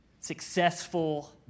successful